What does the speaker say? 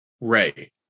Ray